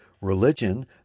religion